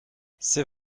c’est